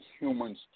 humans